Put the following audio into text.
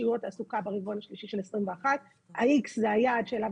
שיעור התעסוקה ברבעון השלישי של 2021. ה-X זה היעד שאליו